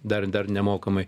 dar dar nemokamai